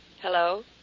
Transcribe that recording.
Hello